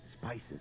spices